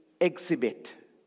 exhibit